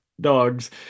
dogs